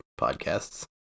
podcasts